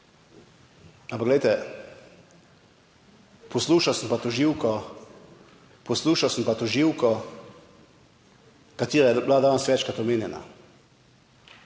ampak glejte, poslušal sem pa tožilko, poslušal sem pa tožilko, katera je bila danes večkrat omenjena.